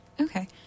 Okay